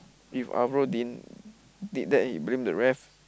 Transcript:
if Alvaro didn't did that he blame the ref